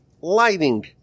lighting